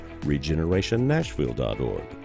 regenerationnashville.org